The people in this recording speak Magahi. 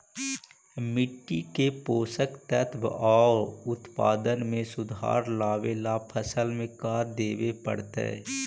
मिट्टी के पोषक तत्त्व और उत्पादन में सुधार लावे ला फसल में का देबे पड़तै तै?